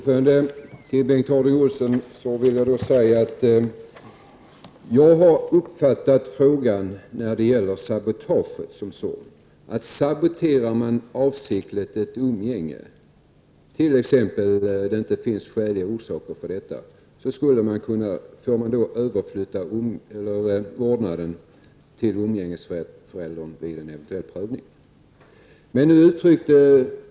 Fru talman! Jag har uppfattat frågan om sabotage som så, att om någon avsiktligt saboterar ett umgänge -- om det t.ex. inte finns skäliga orsaker till detta -- så överflyttas vårdnaden vid en eventuell prövning till umgängesföräldern.